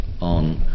on